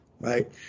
Right